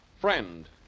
Friend